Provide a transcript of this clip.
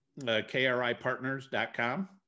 KRIpartners.com